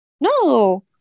no